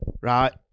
right